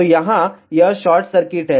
तो यहाँ यह शॉर्ट सर्किट है